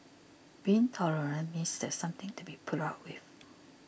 being tolerant means there's something to be put up with